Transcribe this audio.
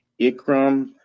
Ikram